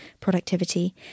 productivity